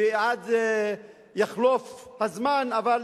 ויחלוף הזמן, אבל